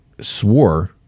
swore